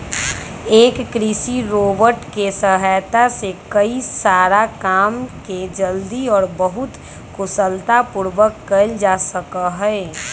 एक कृषि रोबोट के सहायता से कई सारा काम के जल्दी और बहुत कुशलता पूर्वक कइल जा सका हई